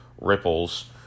Ripples